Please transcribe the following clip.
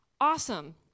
awesome